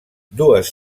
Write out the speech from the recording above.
dues